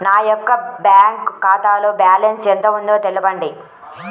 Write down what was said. నా యొక్క బ్యాంక్ ఖాతాలో బ్యాలెన్స్ ఎంత ఉందో తెలపండి?